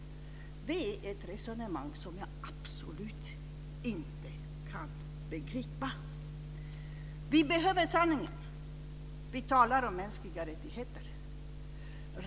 Det är ett resonemang som jag absolut inte kan begripa. Vi behöver sanningen. Vi talar om mänskliga rättigheter.